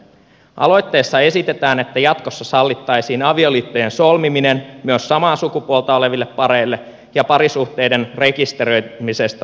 aloitteessa esitetään että jatkossa sallittaisiin avioliittojen solmiminen myös samaa sukupuolta oleville pareille ja parisuhteiden rekisteröimisestä luovuttaisiin